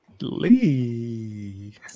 Lee